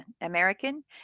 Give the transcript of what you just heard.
american